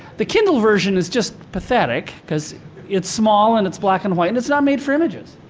the kindle version is just pathetic cause it's small and it's black-and-white, and it's not made for images.